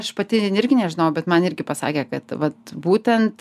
aš pati irgi nežinojau bet man irgi pasakė kad vat būtent